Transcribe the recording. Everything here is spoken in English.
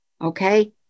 okay